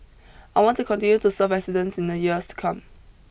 I want to continue to serve residents in the years to come